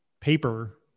paper